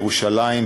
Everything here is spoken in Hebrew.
ירושלים,